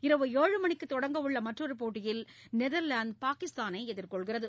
இரவு ஏழு மணிக்கு தொடங்கவுள்ள மற்றொரு போட்டியில் நெதர்லாந்து எதிர்கொள்கிறது